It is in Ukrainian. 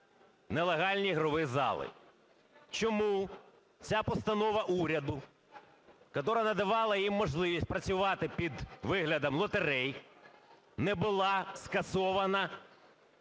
нелегальні ігрові зали? Чому ця постанова уряду, яка надавала їм можливість працювати під виглядом лотерей, не була скасована